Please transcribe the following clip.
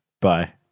Bye